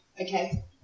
okay